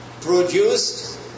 produced